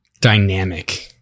dynamic